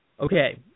Okay